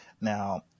Now